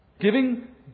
Giving